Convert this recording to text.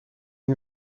این